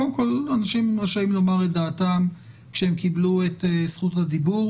קודם כל אנשים רשאים לומר את דעתם שהם קיבלו את זכות הדיבור,